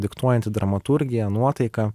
diktuojanti dramaturgiją nuotaiką